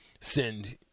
send